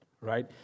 Right